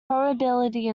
probability